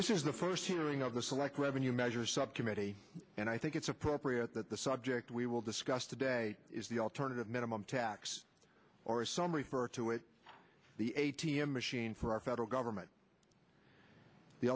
is the first hearing of the select revenue measures subcommittee and i think it's appropriate that the subject we will discuss today is the alternative minimum tax or a summary for to it the a t m machine for our federal government the